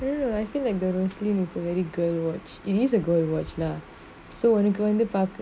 then you will I feel embarrassed is very girl watch it is a girl watch lah so ஒனக்கு வந்து:onaku vanthu paak~